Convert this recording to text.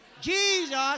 Jesus